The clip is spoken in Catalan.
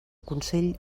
consell